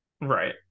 Right